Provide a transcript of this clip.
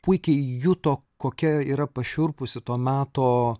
puikiai juto kokia yra pašiurpusi to meto